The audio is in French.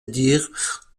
dire